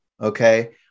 okay